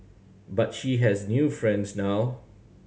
but she has new friends now